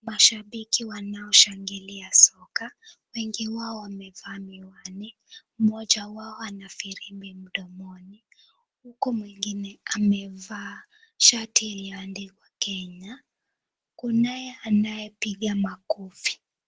Mashabiki wanaoshangilia soka wengi wao wamevaa miwani, mmoja wao ana firimbi mdomoni, huku mwingine amevaa shati iliyoandikwa Kenya kunae anayepiga makofi.